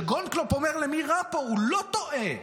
כשגולדקנופ אומר: "למי רע פה?" הוא לא טועה.